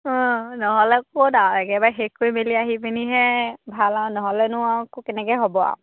অঁ নহ'লে ক'ত আৰু একেবাৰে শেষ কৰি মেলি আহি পিনিহে ভাল আৰু নহ'লে নে আৰু কেনেকে হ'ব আৰু